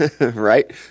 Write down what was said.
right